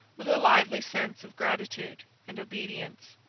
with a lively sense of gratitude and obedience.